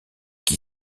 qui